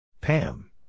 Pam